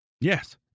Yes